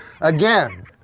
Again